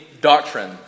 doctrine